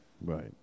Right